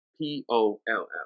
P-O-L-L